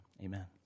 amen